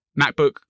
MacBook